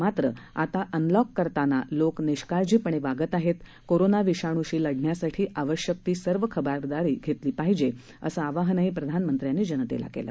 मात्र आता अनलॉक करताना लोक निष्काळजीपणे वागत आहेत कोरोना विषाणूशी लढण्यासाठी आवश्यक ती सर्व खबरदारी घेतली पाहिजे असं आवाहन प्रधानमंत्र्यांनी जनतेला केलं